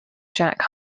jack